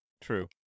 True